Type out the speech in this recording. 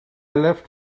left